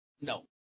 no